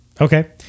Okay